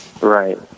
Right